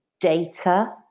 data